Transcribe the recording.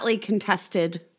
contested